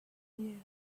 you